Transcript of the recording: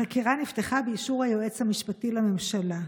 החקירה נפתחה באישור היועץ המשפטי לממשלה.